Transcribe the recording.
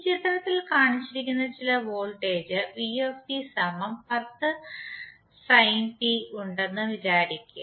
ഈ ചിത്രത്തിൽ കാണിച്ചിരിക്കുന്ന ചില വോൾട്ടേജ് ഉണ്ടെന്ന് വിചാരിക്കുക